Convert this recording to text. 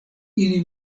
ili